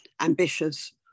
ambitious